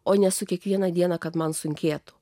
o nesu kiekvieną dieną kad man sunkėtų